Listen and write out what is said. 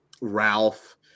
Ralph